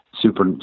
super